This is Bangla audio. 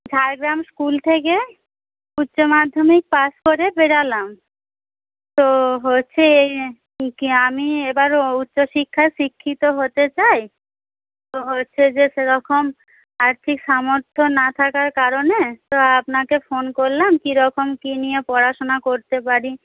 ঝাড়গ্রাম স্কুল থেকে উচ্চ মাধ্যমিক পাশ করে বেরোলাম তো হচ্ছে এই আমি এবার ও উচ্চশিক্ষায় শিক্ষিত হতে চাই তো হচ্ছে যে সেরকম আর কি সামর্থ্য না থাকার কারণে তো আপনাকে ফোন করলাম কী রকম কী নিয়ে পড়াশোনা করতে পারি